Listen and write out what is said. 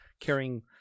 Carrying